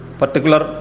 particular